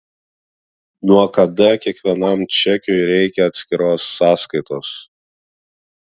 nuo kada kiekvienam čekiui reikia atskiros sąskaitos